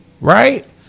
right